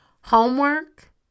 homework